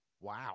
Wow